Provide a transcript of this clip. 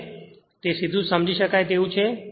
હવે તે સીધું સમજી શકાય તેવું છે